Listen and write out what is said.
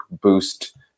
boost